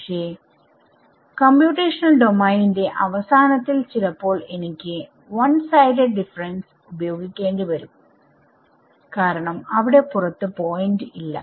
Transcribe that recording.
പക്ഷെ കംപ്യൂറ്റേഷണൽ ഡോമെയിനിന്റെ അവസാനത്തിൽ ചിലപ്പോൾ എനിക്ക് 1 സൈഡഡ് ഡിഫറെൻസസ് ഉപയോഗിക്കേണ്ടി വരും കാരണം അവിടെ പുറത്ത് പോയിന്റ് ഇല്ല